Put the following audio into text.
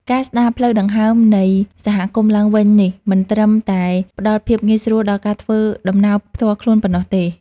ការស្ដារផ្លូវដង្ហើមនៃសហគមន៍ឡើងវិញនេះ មិនត្រឹមតែផ្ដល់ភាពងាយស្រួលដល់ការធ្វើដំណើរផ្ទាល់ខ្លួនប៉ុណ្ណោះទេ។